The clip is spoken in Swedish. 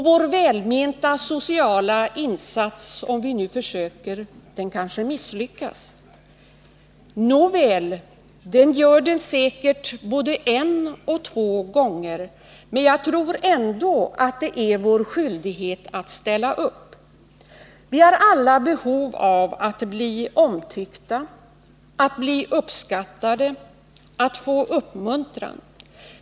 Vår välmenta sociala insats — om vi nu försöker göra en sådan — kanske misslyckas. Nåväl, det kanske den gör både en och två gånger, men jag tror ändå att det är vår skyldighet att ställa upp. Vi har alla behov av att bli omtyckta, att bli uppskattade och att få uppmuntran.